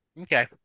Okay